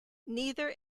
neither